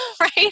right